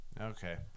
Okay